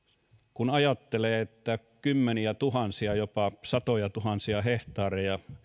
kun ajattelee kymmeniätuhansia jopa satojatuhansia hehtaareja